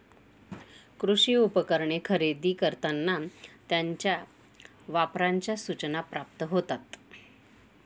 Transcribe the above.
कृषी उपकरणे खरेदी करताना त्यांच्या वापराच्या सूचना प्राप्त होतात